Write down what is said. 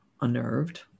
unnerved